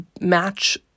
match